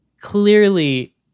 clearly